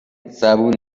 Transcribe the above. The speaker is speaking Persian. زبون